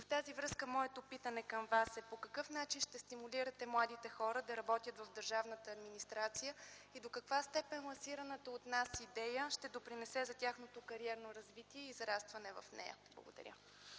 В тази връзка моето питане към Вас е: по какъв начин ще стимулирате младите хора да работят в държавната администрация и до каква степен лансираната от нас идея ще допринесе за тяхното кариерно развитие и израстване в нея? Благодаря.